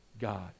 God